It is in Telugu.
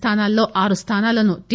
స్థానాల్లో ఆరు స్థానాలను టి